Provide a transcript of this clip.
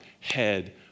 head